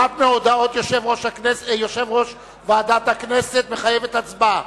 אחת מהודעות יושב-ראש ועדת הכנסת מחייבת הצבעה.